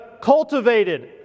cultivated